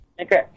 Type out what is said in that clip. Okay